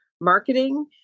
marketing